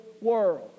world